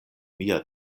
mia